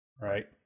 right